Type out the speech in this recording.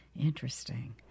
interesting